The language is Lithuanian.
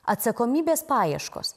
atsakomybės paieškos